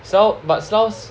Sl~ but Slau